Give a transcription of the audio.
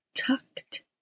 tucked